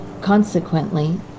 consequently